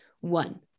One